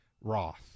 Roth